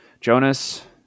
Jonas